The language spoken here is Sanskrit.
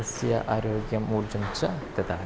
तस्य आरोग्यम् ऊर्जां च ददाति